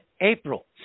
April